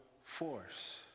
force